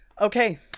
Okay